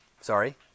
sorry